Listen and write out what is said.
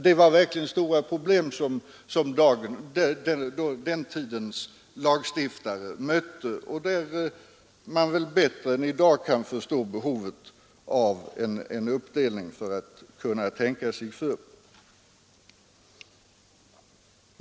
Det var verkligen stora problem som den tidens lagstiftare mötte, och vi kan väl bättre förstå behovet den gången än behovet i dag av att göra en uppdelning för att kunna tänka sig för.